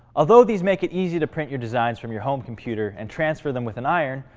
although these make it easy to print your designs from your home computer and transfer them with an iron,